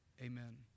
Amen